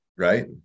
Right